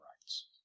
rights